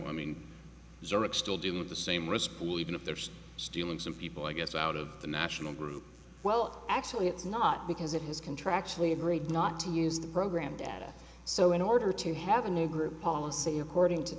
have the same risk even if there's stealing some people i guess out of the national group well actually it's not because it was contractually agreed not to use the program data so in order to have a new group policy according to